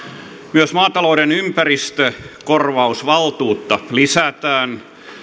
myös maatalouden ympäristökorvausvaltuutta lisätään